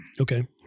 Okay